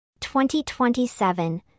2027